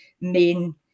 main